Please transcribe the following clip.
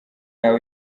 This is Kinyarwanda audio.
yawe